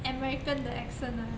american 的 accent ah